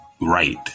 right